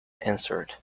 answered